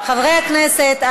חברי הכנסת,